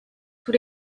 tous